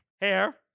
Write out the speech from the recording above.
hair